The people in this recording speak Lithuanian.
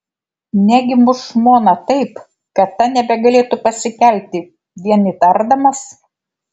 negi muš žmoną taip kad ta nebegalėtų pasikelti vien įtardamas